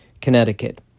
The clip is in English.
Connecticut